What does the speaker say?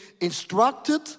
instructed